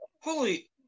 holy